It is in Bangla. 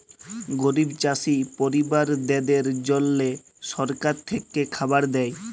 গরিব চাষী পরিবারদ্যাদের জল্যে সরকার থেক্যে খাবার দ্যায়